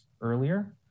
earlier